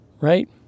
right